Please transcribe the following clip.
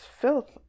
filth